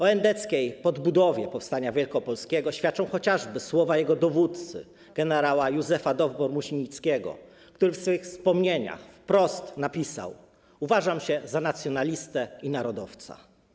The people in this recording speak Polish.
O endeckiej podbudowie powstania wielkopolskiego świadczą chociażby słowa jego dowódcy, gen. Józefa Dowbora-Muśnickiego, który w swych wspomnieniach napisał: uważam się za nacjonalistę i narodowca.